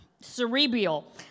cerebral